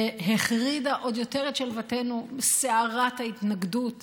והחרידה עוד יותר את שלוותנו סערת ההתנגדות והביטול,